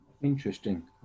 Interesting